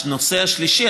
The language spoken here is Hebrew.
הנושא השלישי,